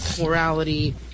morality